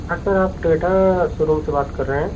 हाँ सर आप Toyota showroom से बात कर रहे हैं